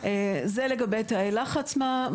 כתוב לגבי תאי מה שסוכם,